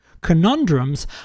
Conundrums